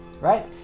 right